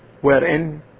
wherein